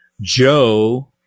Joe